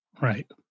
right